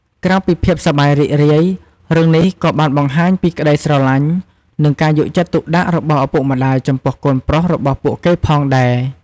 ក្រៅពីភាពសប្បាយរីករាយ រឿងនេះក៏បានបង្ហាញពីក្តីស្រឡាញ់ និងការយកចិត្តទុកដាក់របស់ឪពុកម្តាយចំពោះកូនប្រុសរបស់ពួកគេផងដែរ។